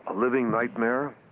living nightmare?